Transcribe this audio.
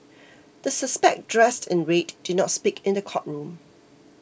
the suspect dressed in red did not speak in the courtroom